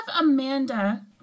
Amanda